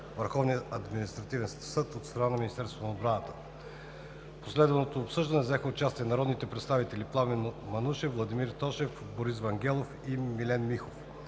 Върховния административен съд от страна на Министерството на отбраната. В последвалото обсъждане взеха участие народните представители Пламен Манушев, Владимир Тошев, Борис Вангелов и Милен Михов.